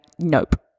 nope